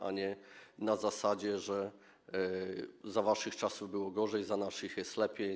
a nie na zasadzie: za waszych czasów było gorzej, za naszych jest lepiej.